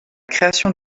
création